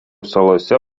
salose